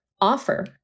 offer